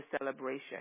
celebration